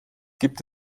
gibt